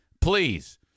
please